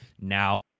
now